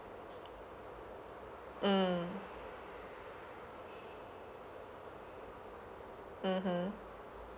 mm mmhmm